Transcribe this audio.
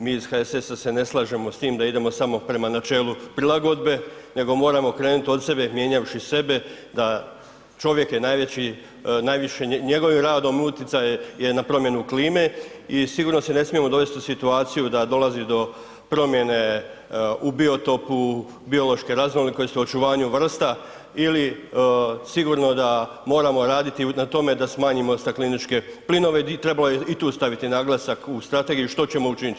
Mi iz HSS-a se ne slažemo s tim da idemo samo prema načelu prilagodbe nego moramo krenuti od sebe, mjenjavši sebe da čovjek je najveći, najviše njegovim radom utjecaj je na promjenu klime i sigurno se ne smijemo dovesti u situaciju da dolazi do promjene u biotopu, biološke raznolikosti, očuvanju vrsta ili sigurno da moramo raditi na tome da smanjimo stakleničke plinove, trebalo je i tu staviti naglasak u Strategiju što ćemo učiniti.